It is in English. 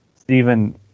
Stephen